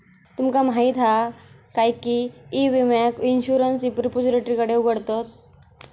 तुमका माहीत हा काय की ई विम्याक इंश्युरंस रिपोजिटरीकडे उघडतत